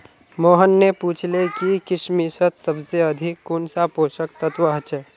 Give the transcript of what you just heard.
मोहन ने पूछले कि किशमिशत सबसे अधिक कुंन सा पोषक तत्व ह छे